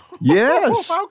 Yes